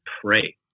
pray